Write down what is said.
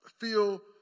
feel